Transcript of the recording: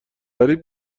غریب